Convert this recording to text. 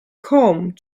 come